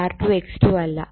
R2 X2 അല്ല